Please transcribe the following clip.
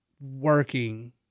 working